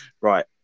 Right